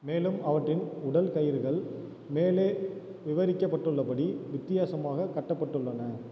மேலும் அவற்றின் உடல் கயிறுகள் மேலே விவரிக்கப்பட்டுள்ளபடி வித்தியாசமாக கட்டப்பட்டுள்ளன